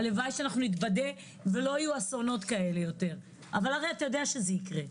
והלוואי שנתבדה, אבל אנחנו יודעים שזה יקרה.